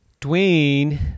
Dwayne